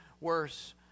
worse